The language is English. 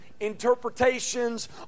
interpretations